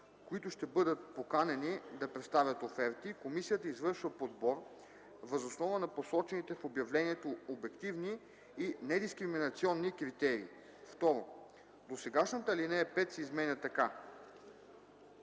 които ще бъдат поканени да представят оферти, комисията извършва подбор въз основа на посочените в обявлението обективни и недискриминационни критерии.” 2. Досегашната ал. 5 се изменя така: